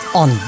on